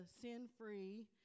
sin-free